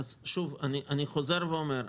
אני חוזר ואומר,